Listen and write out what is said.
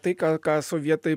tai ką ką sovietai